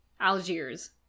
Algiers